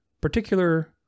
particular